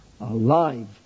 alive